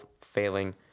failing